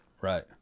Right